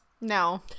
No